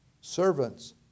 servants